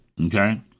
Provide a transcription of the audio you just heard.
Okay